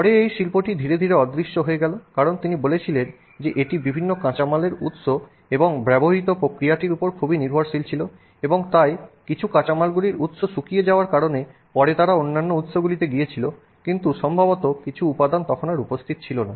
পরে এই শিল্পটি ধীরে ধীরে অদৃশ্য হয়ে গেল কারণ তিনি বলেছিলেন যে এটি বিভিন্ন কাঁচামালের উৎস এবং ব্যবহৃত প্রক্রিয়াটির উপর খুবই নির্ভরশীল ছিল এবং তাই কিছু কাঁচামালগুলির উৎস শুকিয়ে যাওয়ার পরে তারা অন্যান্য উৎসগুলিতে গিয়েছিল কিন্তু সম্ভবত কিছু উপাদান তখন আর উপস্থিত ছিল না